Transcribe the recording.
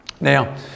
Now